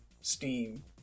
Steam